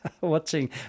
Watching